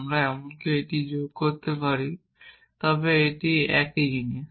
আমরা এমনকি এটি যোগ করতে পারি তবে এটি একই জিনিস